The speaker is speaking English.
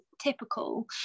typical